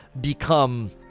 become